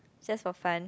just for fun